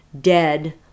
dead